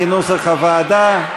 כנוסח הוועדה.